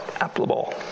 applicable